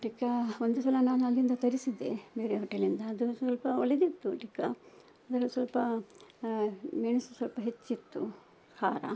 ಟಿಕ್ಕ ಒಂದು ಸಲ ನಾನು ಅಲ್ಲಿಂದ ತರಿಸಿದ್ದೆ ಬೇರೆ ಹೋಟೆಲಿಂದ ಅದು ಸ್ವಲ್ಪ ಒಳ್ಳೇದಿತ್ತು ಟಿಕ್ಕ ಅದರಲ್ಲಿ ಸ್ವಲ್ಪ ಮೆಣಸು ಸ್ವಲ್ಪ ಹೆಚ್ಚಿತ್ತು ಖಾರ